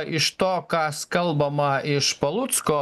iš to kas kalbama iš palucko